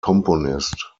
komponist